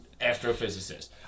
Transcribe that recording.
astrophysicist